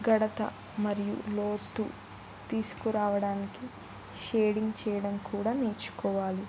గాఢత మరియు లోతు తీసుకురావడానికి షేడింగ్ చేయడం కూడా నేర్చుకోవాలి